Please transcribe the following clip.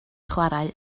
chwarae